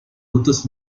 rutas